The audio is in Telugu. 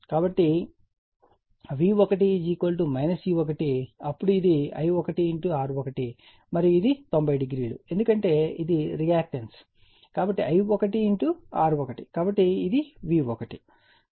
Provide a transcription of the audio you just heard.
కాబట్టి V1 E1 అప్పుడు ఇది I1 R1 మరియు ఇది 90 డిగ్రీలు ఎందుకంటే ఇది రియాక్టన్స్ కాబట్టి I1 R1 కాబట్టి ఇది V1